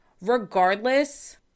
regardless